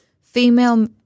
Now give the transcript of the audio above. female